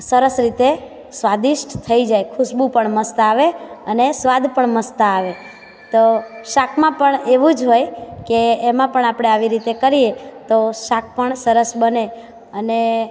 સરસ રીતે સ્વાદિષ્ટ થઈ જાય ખુશ્બુ પણ મસ્ત આવે અને સ્વાદ પણ મસ્ત આવે તો શાકમાં પણ એવું જ હોય કે એમાં પણ આપણે આવી રીતે કરીએ તો શાક પણ સરસ બને અને